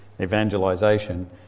evangelization